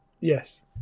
Yes